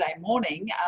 morning